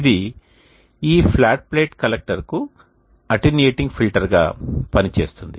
ఇది ఈ flat plate కలెక్టర్కు అటెన్యూయేటింగ్ ఫిల్టర్గా పని చేస్తుంది